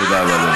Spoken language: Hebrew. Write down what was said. תודה רבה, אדוני.